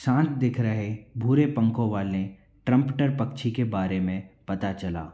शांत दिख रहे भूरे पंखों वाले ट्रंप्टर पक्षी के बारे में पता चला